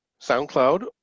SoundCloud